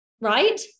right